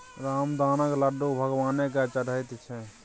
रामदानाक लड्डू भगवानो केँ चढ़ैत छै